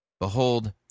Behold